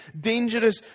dangerous